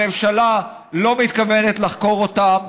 הממשלה לא מתכוונת לחקור אותם.